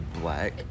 black